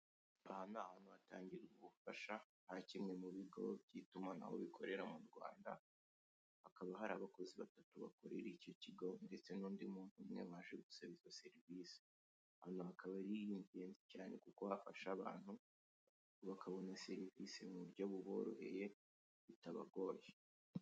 Aha ni ahantu hatangirwa ubufasha bwa kimwe mu bigo by'itumanaho bikorera mu Rwanda, hakaba hari abakozi batatu bakorera icyo kigo, ndetse n'undi muntu umwe waje gusaba serivisi, aha hakaba ari ingenzi cyane kuko hafasha abantu, bakabona serivisi mu buryo buboroheye, bitabagoye.